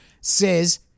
says